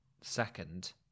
second